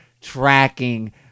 tracking